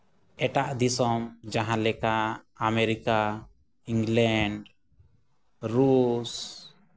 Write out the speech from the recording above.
ᱮᱴᱟᱜ ᱫᱤᱥᱚᱢ ᱡᱟᱦᱟᱸᱞᱮᱠᱟ ᱟᱢᱮᱨᱤᱠᱟ ᱤᱝᱞᱮᱱᱰ ᱨᱩᱥ